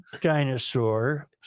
dinosaur